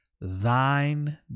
thine